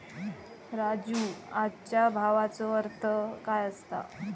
राजू, आजच्या भावाचो अर्थ काय असता?